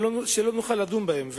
לא נוכל לדון בהם.